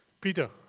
Peter